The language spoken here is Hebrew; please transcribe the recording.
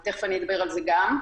ותכף אדבר גם על זה.